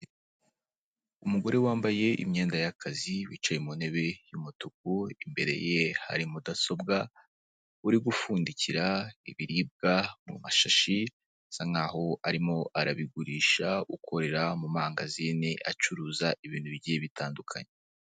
Umugore wambaye imyenda y'akazi wicaye mu ntebe yumutuku imbere ye hari mudasobwa, uri gupfundikira ibiribwa mu mashashi asa nk'aho arimo arabigurisha ukorera mu mangazini acuruza ibintu bigiye bitandukanye.